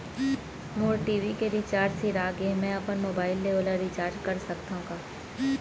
मोर TV के recharge सिरा गे हे, मैं अपन मोबाइल ले ओला रिचार्ज करा सकथव का?